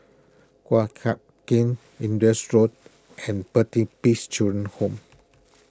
Guan Huat Kiln Indus Road and Pertapis Children Home